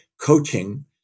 coaching